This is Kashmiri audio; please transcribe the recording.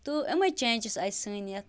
تہٕ یِمَے چینٛجِس آیہِ سٲنۍ یَتھ